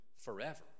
forever